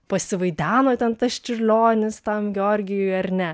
pasivaideno ten tas čiurlionis tam georgijui ar ne